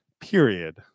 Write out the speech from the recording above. period